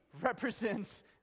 represents